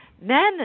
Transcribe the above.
men